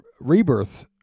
rebirth